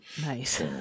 nice